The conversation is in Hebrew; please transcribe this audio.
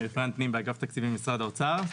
אני רפרנט פנים באגף התקציבים במשרד האוצר.